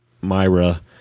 Myra